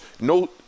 no